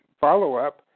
follow-up